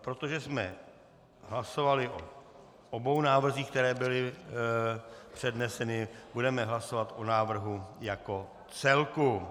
Protože jsme hlasovali o obou návrzích, které byly předneseny, budeme hlasovat o návrhu jako celku.